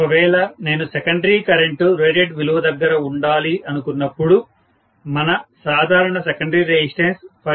ఒకవేళ నేను secondary current rated విలువ దగ్గర ఉండాలి అనుకున్నప్పుడు మన సాధారణ సెకండరీ రెసిస్టెన్స్ 5